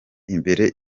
imbere